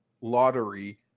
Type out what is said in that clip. lottery